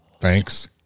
Thanks